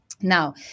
Now